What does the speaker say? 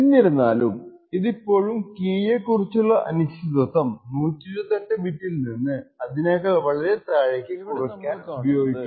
എന്തിരുന്നാലും ഇതിപ്പോഴും കീയെ കുറിച്ചുള്ള അനിശ്ചിതത്വം 128 ബിറ്റിൽ നിന്ന് അതിനേക്കാൾ വളരെ താഴേക്ക് കുറക്കാൻ ഉപയോഗിക്കുന്നുണ്ട്